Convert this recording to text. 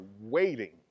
waiting